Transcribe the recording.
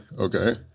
Okay